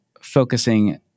focusing